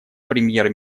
премьер